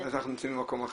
אז אנחנו נמצאים במקום אחר.